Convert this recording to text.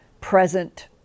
present